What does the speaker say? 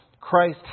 Christ